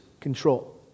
control